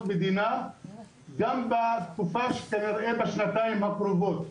לבנייה גם בתקופה כנראה של השנתיים הקרובות.